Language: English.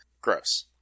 Gross